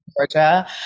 Georgia